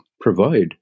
provide